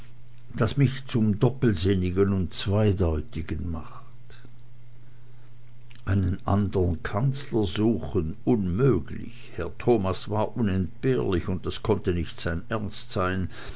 das mich zum doppelsinnigen und zweideutigen macht einen andern kanzler suchen unmöglich herr thomas war unentbehrlich und das konnte nicht sein ernst sein